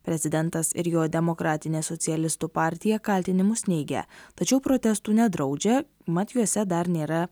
prezidentas ir jo demokratinė socialistų partija kaltinimus neigia tačiau protestų nedraudžia mat juose dar nėra